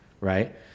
right